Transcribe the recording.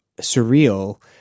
surreal